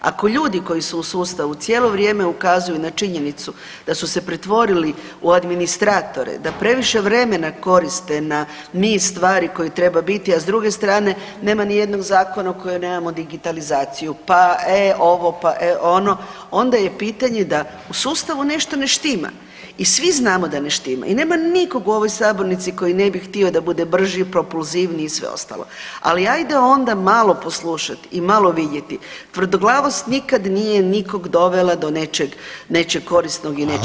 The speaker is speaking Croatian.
Ako ljudi koji su u sustavu cijelo vrijeme ukazuju na činjenicu da su se pretvorili u administratore, da previše vremena koriste na niz stvari koje treba biti, a s druge strane nema nijednog zakona o kojem nemamo digitalizaciju, pa e ovo, pa e ono, onda je pitanje da u sustavu nešto ne štima i svi znamo da ne štima i nema nikog u ovoj sabornici koji ne bi htio da bude brži, propulzivniji i sve ostalo, ali ajde onda malo poslušati i malo vidjeti, tvrdoglavost nikad nije nikog dovela do nečeg, nečeg korisnog i nečeg dobrog.